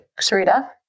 sarita